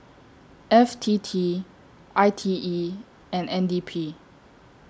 F T T I T E and N D P